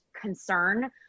concern